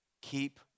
keep